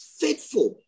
faithful